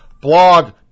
blog